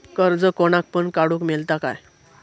कर्ज कोणाक पण काडूक मेलता काय?